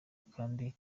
kandi